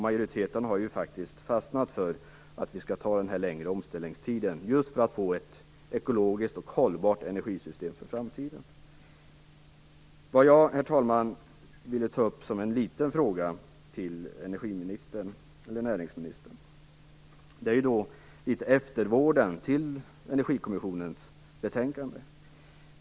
Majoriteten har fastnat för den längre omställningstiden, just för att få ett ekologiskt och hållbart energisystem för framtiden. Herr talman! Jag vill ta upp en liten fråga till näringsministern. Den gäller eftervården av Energikommissionens betänkande.